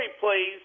please